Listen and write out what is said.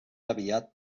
aviat